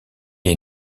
est